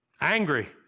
angry